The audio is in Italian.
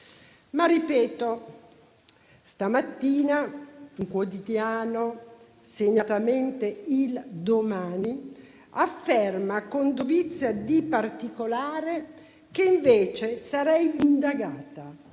Ripeto che stamattina un quotidiano, segnatamente il «Domani», afferma con dovizia di particolare che invece sarei indagata,